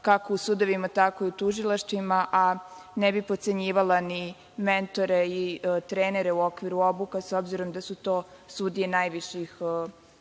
kako u sudovima, tako i u tužilaštvima, a ne bih potcenjivala ni mentore i trenere u okviru obuka, s obzirom da su to sudije i javni